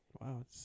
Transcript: Wow